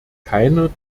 keiner